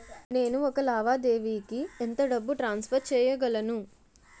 నేను ఒక లావాదేవీకి ఎంత డబ్బు ట్రాన్సఫర్ చేయగలను?